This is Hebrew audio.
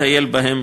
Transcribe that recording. לטייל בהם.